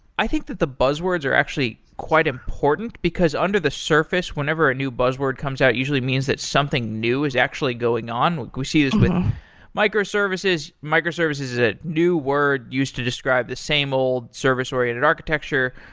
i think that the buzzwords are actually quite important, because under the surface, whenever a new buzzword comes out, it usually means that something new is actually going on. we see this with microservices. microservices is a new word used to describe the same old service-oriented architecture,